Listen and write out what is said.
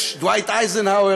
דווייט אייזנהאואר,